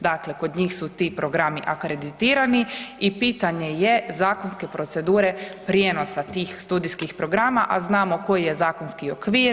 Dakle, kod njih su ti programi akreditirani i pitanje je zakonske procedure prijenosa tih studijskih programa, a znamo koji je zakonski okvir.